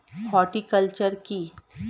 Horticulture কি?